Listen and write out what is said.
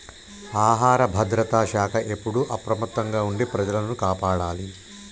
ఆహార భద్రత శాఖ ఎప్పుడు అప్రమత్తంగా ఉండి ప్రజలను కాపాడాలి